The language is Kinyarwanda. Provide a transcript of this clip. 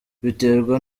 biterwa